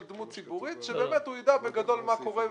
דמות ציבורית והוא יידע בגדול מה קורה,